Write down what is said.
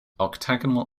octagonal